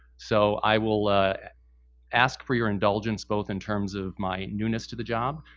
so i will ask for your indulgence, both in terms of my newness to the job,